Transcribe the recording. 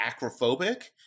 acrophobic